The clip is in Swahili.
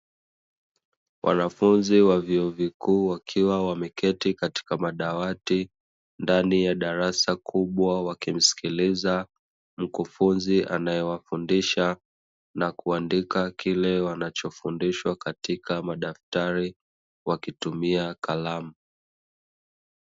Wanafunzi wa vyuo vikuu wakiwa wameketi katika madawati, ndani ya darasa kubwa, wakimsikiliza mkufunzi anayewafundisha, na kuandika kile wanachofundishwa katika madaftari, wakitumia kalamu.